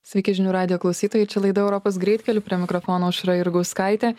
sveiki žinių radijo klausytojai čia laida europos greitkeliu prie mikrofono aušra jurgauskaitė